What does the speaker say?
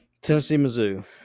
Tennessee-Mizzou